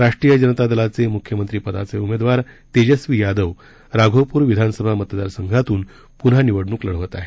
राष्ट्रीय जनता दलाचे मुख्यमंत्री पदाचे उमेदवार तेजस्वी यादव राघोपूर विधानसभा मतदार संघातून पुन्हा निवडणूक लढवत आहे